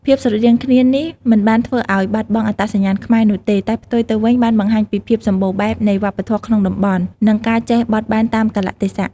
ភាពស្រដៀងគ្នានេះមិនបានធ្វើឲ្យបាត់បង់អត្តសញ្ញាណខ្មែរនោះទេ តែផ្ទុយទៅវិញបានបង្ហាញពីភាពសម្បូរបែបនៃវប្បធម៌ក្នុងតំបន់ និងការចេះបត់បែនតាមកាលៈទេសៈ។